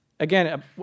Again